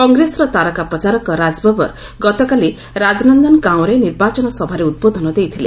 କଂଗ୍ରେସର ତାରକା ପ୍ରଚାରକ ରାଜବାବର୍ ଗତକାଲି ରାଜନନ୍ଦନଗାଓଁରେ ନିର୍ବାଚନ ସଭାରେ ଉଦ୍ବୋଧନ ଦେଇଥିଲେ